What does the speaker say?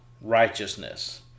righteousness